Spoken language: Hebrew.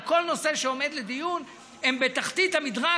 בכל נושא שעומד לדיון הם בתחתית המדרג.